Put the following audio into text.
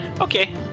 Okay